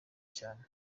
cyane